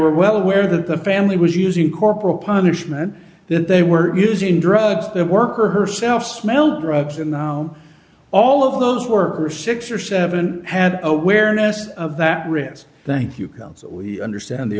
were well aware that the family was using corporal punishment that they were using drugs that work or herself smelled drugs and now all of those were six or seven had awareness of that risk thank you counsel understand the